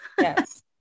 yes